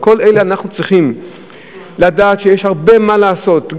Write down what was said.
אנחנו צריכים לדעת שבכל אלה יש הרבה מה לעשות,